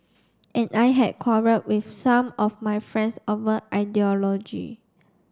and I had quarrelled with some of my friends over ideology